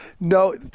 No